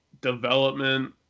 development